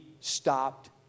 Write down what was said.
stopped